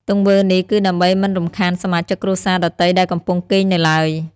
ទង្វើនេះគឺដើម្បីមិនរំខានសមាជិកគ្រួសារដទៃដែលកំពុងគេងនៅឡើយ។